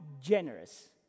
generous